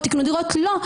תקנו דירות לא.